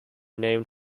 named